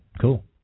Cool